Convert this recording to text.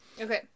Okay